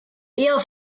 eher